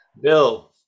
Bill